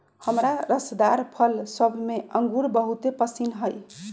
हमरा रसदार फल सभ में इंगूर बहुरे पशिन्न हइ